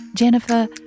Jennifer